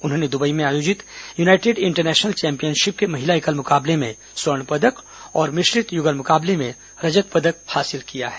उन्होंने दुबई में आयोजित यूनाइटेड इंटरनेशनल चैंपियनशिप के महिला एकल मुकाबले में स्वर्ण पदक और मिश्रित युगल मुकाबले में रजत पदक हासिल किया है